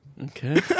Okay